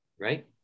right